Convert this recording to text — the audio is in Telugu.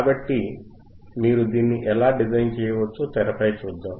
కాబట్టి మీరు దీనిని ఎలా డిజైన్ చేయవచ్చో తెరపై చూద్దాం